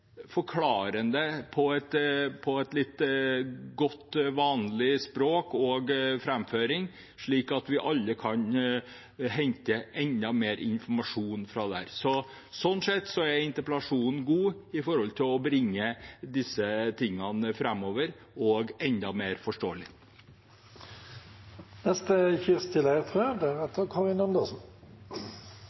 på å være forklarende på et godt, vanlig språk, og på framføring, slik at vi alle kan hente enda mer informasjon derfra. Slik sett er interpellasjonen god, med hensyn til å bringe disse tingene framover og få dem enda mer forståelig. Først og fremst vil jeg si takk til